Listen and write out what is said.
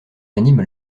anime